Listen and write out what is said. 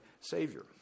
Savior